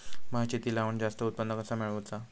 भात शेती लावण जास्त उत्पन्न कसा मेळवचा?